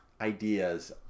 ideas